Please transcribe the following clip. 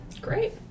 Great